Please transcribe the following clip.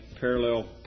parallel